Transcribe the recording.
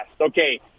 Okay